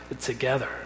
together